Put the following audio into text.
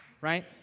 Right